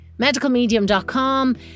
medicalmedium.com